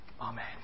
Amen